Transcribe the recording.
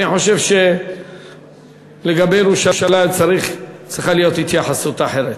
אני חושב שלגבי ירושלים צריכה להיות התייחסות אחרת,